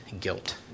guilt